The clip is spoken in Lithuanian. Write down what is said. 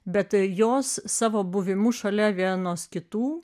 bet jos savo buvimu šalia vienos kitų